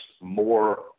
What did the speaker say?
more